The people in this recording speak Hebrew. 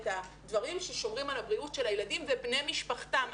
את הדברים ששומרים על הבריאות של הילדים ובני משפחתם,